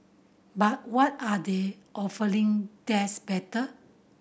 but what are they offering that's better